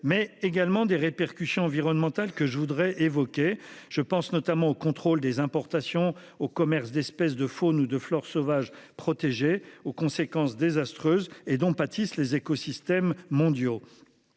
mais également des répercussions environnementales que je voudrais évoquer, je pense notamment au contrôle des importations au commerce d'espèces de faune ou de flore sauvages protégées aux conséquences désastreuses et dont pâtissent les écosystèmes mondiaux.